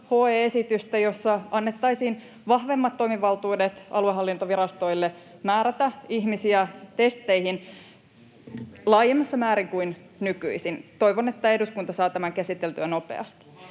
raja-HE-esitystä, jossa annettaisiin vahvemmat toimivaltuudet aluehallintovirastoille määrätä ihmisiä testeihin laajemmassa määrin kuin nykyisin. Toivon, että eduskunta saa tämän käsiteltyä nopeasti.